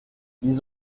ils